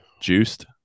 Juiced